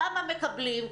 כמה מקבלים,